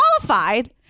qualified